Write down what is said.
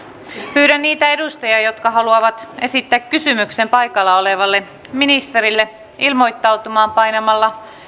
pyydän niitä edustajia jotka haluavat esittää kysymyksen paikalla olevalle ministerille ilmoittautumaan painamalla